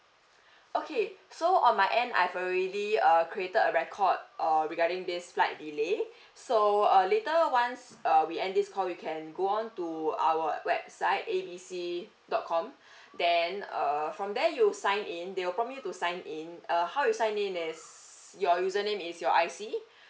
okay so on my end I have already uh created a record uh regarding this flight delay so uh later once err we end this call you can go on to our website A B C dot com then err from there you sign in they'll prompt you to sign in uh how you sign in is your username is your I_C